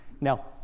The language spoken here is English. Now